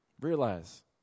Realize